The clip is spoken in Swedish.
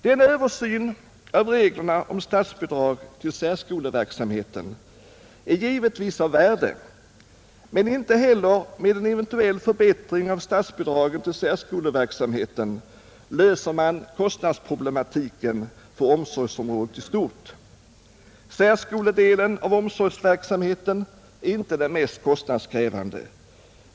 Denna översyn av reglerna om statsbidrag till särskoleverksamheten är givetvis av värde, men inte heller med en eventuell förbättring av statsbidragen till särskoleverksamheten löser man kostnadsproblematiken för omsorgsområdet i stort. Särskoledelen av omsorgsverksamheten är inte den mest kostnadskrävande.